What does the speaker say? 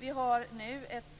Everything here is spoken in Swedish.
Det finns också ett